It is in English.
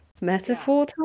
metaphor